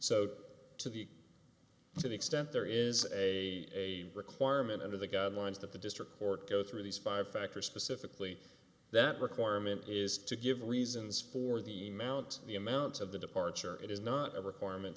so to the to the extent there is a requirement under the guidelines that the district court go through these five factors specifically that requirement is to give reasons for the mount the amount of the departure it is not a requirement